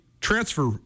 transfer